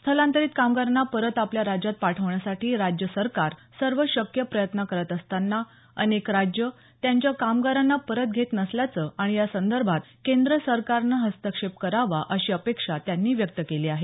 स्थलांतरित कामगारांना परत आपल्या राज्यात पाठवण्यासाठी राज्य सरकार सर्व शक्य प्रयत्न करत असताना अनेक राज्य त्यांच्या कामगारांना परत घेत नसल्याचं आणि या संदर्भात केंद्र सरकारनं हस्तक्षेप करावा अशी अपेक्षा त्यांनी व्यक्त केली आहे